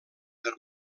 per